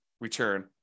return